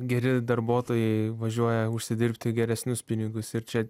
geri darbuotojai važiuoja užsidirbti geresnius pinigus ir čia